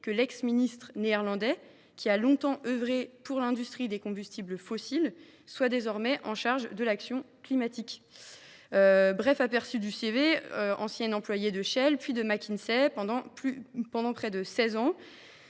que l’ex ministre néerlandais, qui a longtemps œuvré pour l’industrie des combustibles fossiles, soit désormais chargé de l’action climatique ! Voici un aperçu de son : employé de Shell, puis de McKinsey, pendant près de seize ans.